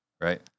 Right